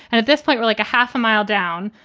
and at this point, we're like a half a mile down,